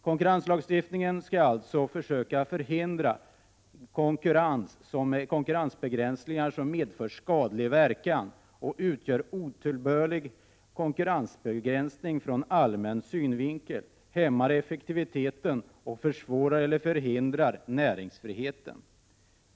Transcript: Konkurrenslagstiftningen skall alltså försöka hindra konkurrensbegränsningar som medför skadlig verkan och utgör otillbörlig konkurrensbegränsning ur allmän synvinkel, som hämmar effektiviteten och försvårar eller förhindrar näringsfriheten.